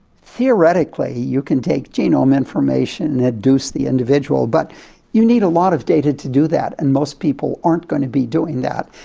theoretically you can take genome information and adduce the individual, but you need a lot of data to do that, and most people aren't going to be doing that.